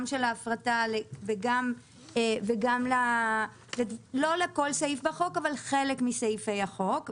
גם של ההפרטה וגם לא לכל סעיף בהצעת החוק אבל לחלק מסעיפי הצעת החוק,